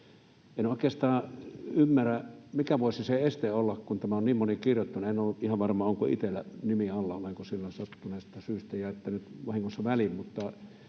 En oikeas-taan ymmärrä, mikä voisi olla tälle esteenä, kun tämän on niin moni kirjoittanut. En ollut ihan varma, onko itsellä nimi alla vai olenko silloin sattuneesta syystä jättänyt vahingossa väliin,